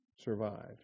survived